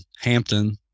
Hampton